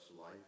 life